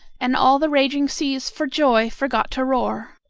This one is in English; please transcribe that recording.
and all the raging seas for joy forgot to roar.